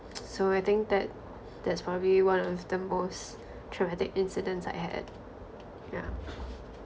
so I think that that's probably one of the most traumatic incidents I had yeah